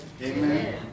Amen